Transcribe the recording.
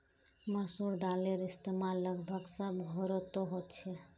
मसूर दालेर इस्तेमाल लगभग सब घोरोत होछे